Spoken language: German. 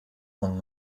von